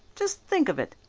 just think of it!